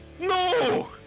no